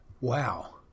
wow